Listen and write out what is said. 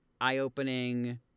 eye-opening